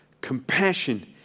compassion